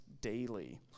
daily